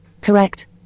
Correct